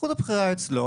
זכות הבחירה אצלו.